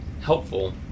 helpful